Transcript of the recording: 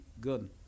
good